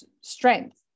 strength